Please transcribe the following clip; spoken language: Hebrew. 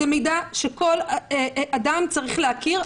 זה מידע שכל אדם צריך להכיר.